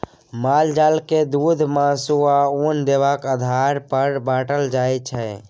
माल जाल के दुध, मासु, आ उन देबाक आधार पर बाँटल जाइ छै